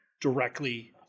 directly –